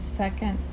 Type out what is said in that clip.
second